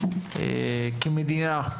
כמדינה,